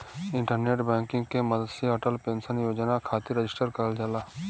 internet banking के मदद से अटल पेंशन योजना खातिर रजिस्टर करल जाला